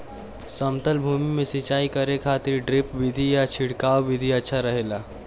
समतल भूमि में सिंचाई करे खातिर ड्रिप विधि या छिड़काव विधि अच्छा रहेला?